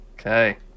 Okay